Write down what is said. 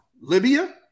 Libya